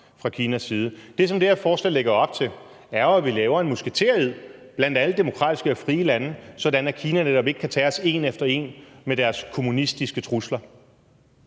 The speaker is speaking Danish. fra Kinas side. Det, som det her forslag lægger op til, er jo, at vi laver en musketered blandt alle demokratiske og frie lande, sådan at Kina netop ikke kan tage os en efter en med deres kommunistiske trusler.